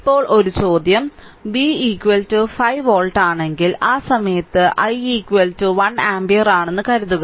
ഇപ്പോൾ ഒരു ചോദ്യം v 5 വോൾട്ട് ആണെങ്കിൽ ആ സമയത്ത് i 1 ആമ്പിയർ ആണെന്ന് കരുതുക